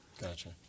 Gotcha